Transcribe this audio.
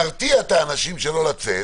נרתיע את האנשים מלצאת,